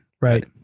right